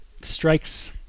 strikes